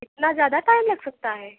इतना ज़्यादा टाइम लग सकता है